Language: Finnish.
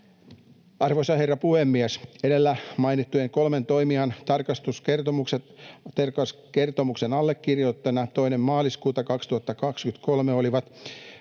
Arvoisa herra puhemies! Edellä mainittujen kolmen toimijan tarkastuskertomuksen allekirjoittajina 2. maaliskuuta 2023 olivat